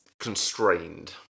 constrained